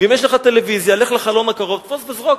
ואם יש לך טלוויזיה, לך לחלון הקרוב, תפוס וזרוק.